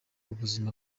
ubuzima